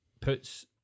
puts